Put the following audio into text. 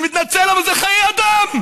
אני מתנצל, אבל זה חיי אדם.